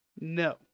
No